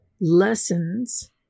lessons